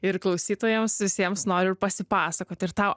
ir klausytojams visiems noriu pasipasakot ir tau